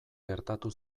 gertatu